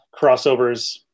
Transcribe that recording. crossovers